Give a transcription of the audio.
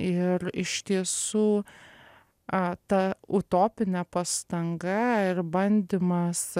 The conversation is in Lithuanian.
ir iš tiesų a ta utopinė pastanga ir bandymas